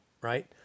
right